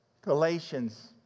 Galatians